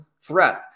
threat